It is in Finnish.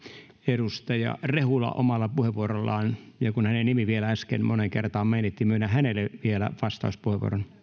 edustaja rehula omalla puheenvuorollaan ja kun hänen nimensä vielä äsken moneen kertaan mainittiin myönnän hänelle vielä vastauspuheenvuoron